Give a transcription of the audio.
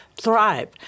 thrive